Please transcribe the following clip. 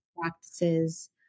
practices